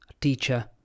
teacher